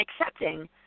accepting